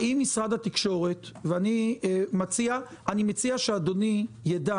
האם עמדת משרד התקשורת ואני מציע שאדוני ידע